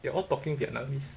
they're all talking vietnamese